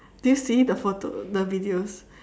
do you see the photo the videos